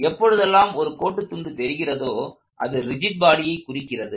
எப்பொழுதெல்லாம் ஒரு கோட்டுத்துண்டு தெரிகிறதோ அது ரிஜிட் பாடியை குறிக்கிறது